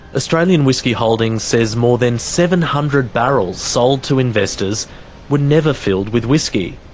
australian whisky holdings says more than seven hundred barrels sold to investors were never filled with whisky.